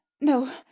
no